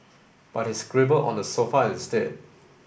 but he scribbled on the sofa instead